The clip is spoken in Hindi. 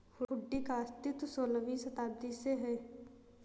हुंडी का अस्तित्व सोलहवीं शताब्दी से है